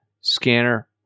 Scanner